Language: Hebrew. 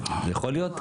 יכול להיות?